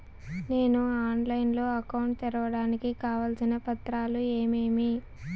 నేను ఆన్లైన్ లో అకౌంట్ తెరవడానికి కావాల్సిన పత్రాలు ఏమేమి?